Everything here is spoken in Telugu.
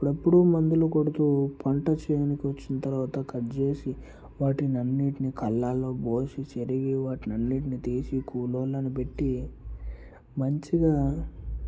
అప్పుడప్పుడు మందులు కొడుతు పంట చేనుకు వచ్చిన తర్వాత కట్ చేసి వాటిని అన్నింటిని కళ్ళాలలో పోసి చెరిగి వాటిని అన్నింటిని తీసి కూలి వాళ్ళని పెట్టి మంచిగా